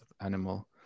animal